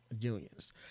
unions